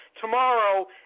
Tomorrow